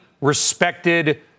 respected